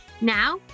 Now